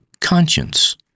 conscience